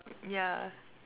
ya